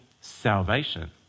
salvation